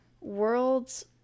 world's